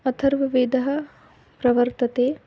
अथर्ववेदः प्रवर्तते